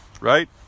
Right